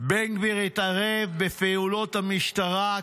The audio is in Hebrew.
בן גביר התערב בפעולות המשטרה,